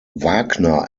wagner